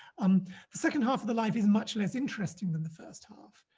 um the second half of the life is much less interesting than the first half,